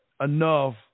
enough